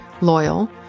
loyal